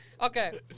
Okay